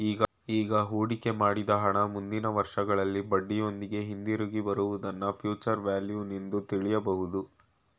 ಈಗ ಹೂಡಿಕೆ ಮಾಡಿದ ಹಣ ಮುಂದಿನ ವರ್ಷಗಳಲ್ಲಿ ಬಡ್ಡಿಯೊಂದಿಗೆ ಹಿಂದಿರುಗಿ ಬರುವುದನ್ನ ಫ್ಯೂಚರ್ ವ್ಯಾಲ್ಯೂ ನಿಂದು ತಿಳಿಯಬಹುದು